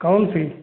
कौन सी